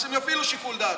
אז הם יפעילו שיקול דעת.